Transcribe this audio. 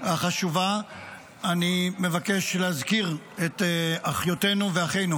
החשובה אני מבקש להזכיר את אחיותינו ואחינו